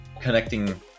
connecting